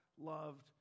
loved